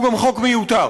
והוא גם חוק מיותר.